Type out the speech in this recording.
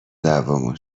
دعوامون